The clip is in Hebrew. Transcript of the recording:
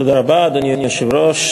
אדוני היושב-ראש,